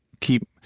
keep